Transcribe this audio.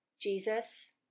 Jesus